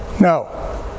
No